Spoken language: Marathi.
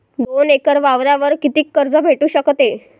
दोन एकर वावरावर कितीक कर्ज भेटू शकते?